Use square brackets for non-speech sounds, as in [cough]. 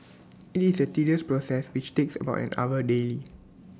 [noise] IT is A tedious process which takes about [noise] an hour daily